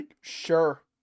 Sure